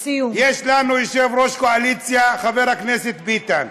יש לנו יושב-ראש קואליציה חבר הכנסת ביטן.